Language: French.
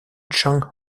chang